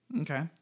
Okay